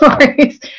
stories